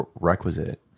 requisite